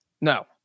No